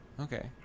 Okay